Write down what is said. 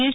S